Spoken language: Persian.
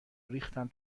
ریختن